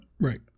Right